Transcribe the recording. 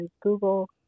Google